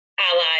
allies